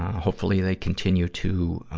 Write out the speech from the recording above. hopefully they continue to, ah,